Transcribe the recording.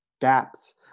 gaps